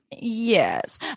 Yes